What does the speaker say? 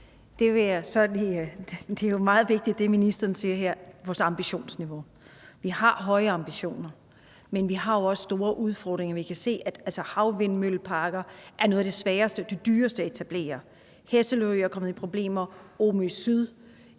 Katarina Ammitzbøll (KF): Det, ministeren siger her om vores ambitionsniveau, er jo meget vigtigt. Vi har høje ambitioner, men vi har jo også store udfordringer. Vi kan se, at havvindmølleparker er noget af det sværeste og det dyreste at etablere. Hesselø er kommet i problemer, også